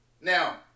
now